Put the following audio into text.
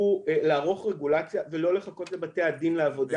הוא לערוך רגולציה ולא לחכות לבתי הדין לעבודה